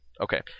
okay